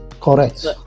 Correct